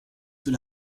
sous